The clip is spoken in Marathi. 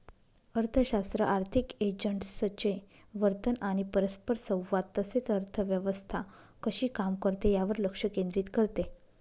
अर्थशास्त्र आर्थिक एजंट्सचे वर्तन आणि परस्परसंवाद तसेच अर्थव्यवस्था कशी काम करते यावर लक्ष केंद्रित करते